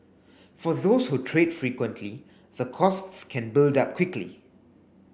for those who trade frequently the costs can build up quickly